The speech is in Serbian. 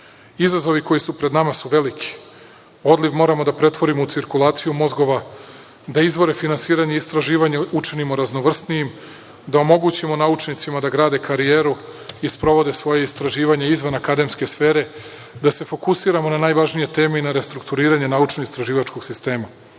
procesa. Izazovi koji su pred nama su veliki. Odliv moramo da pretvorimo u cirkulaciju mozgova, da izvore finansiranja, istraživanja učinimo raznovrsnijim, da omogućimo naučnicima da grade karijeru i sprovode svoje istraživanje izvan akademske sfere, da se fokusiramo na najvažnije teme i na restrukturiranje naučno-istraživačkog sistema. Najveći